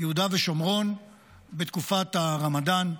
יהודה ושומרון בתקופת הרמדאן.